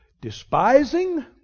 Despising